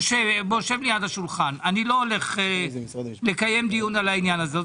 משה שגיא, אני לא הולך לקיים דיון על העניין הזה.